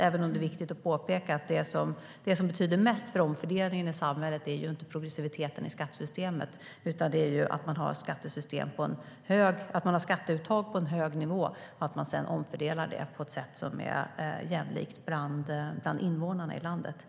Men det som betyder mest för omfördelningen i samhället är inte progressiviteten i skattesystemet utan att vi har ett skatteuttag på en hög nivå och att vi sedan omfördelar det på ett jämlikt sätt till invånarna i landet.